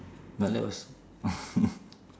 ya that was